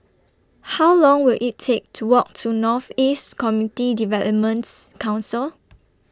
How Long Will IT Take to Walk to North East Community Developments Council